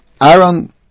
Aaron